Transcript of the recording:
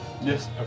Yes